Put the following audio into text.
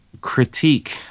critique